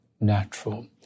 natural